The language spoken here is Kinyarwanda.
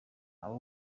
aba